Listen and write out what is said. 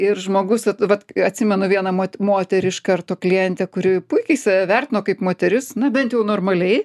ir žmogus vat atsimenu vieną mot moterį iš karto klientę kuri puikiai save vertino kaip moteris na bent jau normaliai